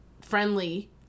friendly